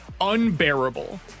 unbearable